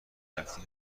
رفتی